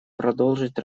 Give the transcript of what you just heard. продолжить